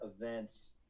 events